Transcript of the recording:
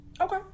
Okay